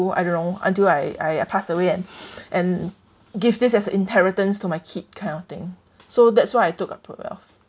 I don't know until I I pass away and and give this as inheritance to my kid kind of thing so that's why I took the PRUWealth